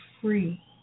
free